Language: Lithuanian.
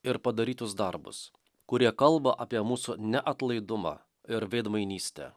ir padarytus darbus kurie kalba apie mūsų neatlaidumą ir veidmainystę